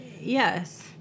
Yes